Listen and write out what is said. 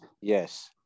Yes